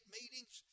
meetings